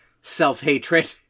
self-hatred